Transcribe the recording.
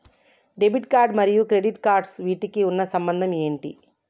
Debit మరియు credit cards వీటికి ఉన్న సంబంధం ఏంటి?